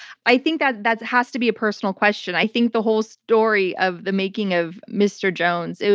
i think that that has to be a personal question. i think the whole story of the making of mr. jones, and